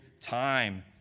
time